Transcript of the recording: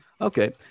Okay